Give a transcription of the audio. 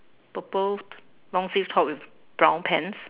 purple long sleeve top with brown pants